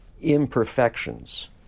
imperfections